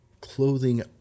clothing